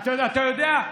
אתה יודע,